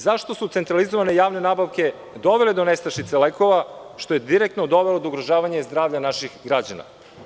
Zašto su centralizovane javne nabavke dovele do nestašica lekova, što je direktno dovelo do ugrožavanja zdravlja naših građana.